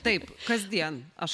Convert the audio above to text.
taip kasdien aš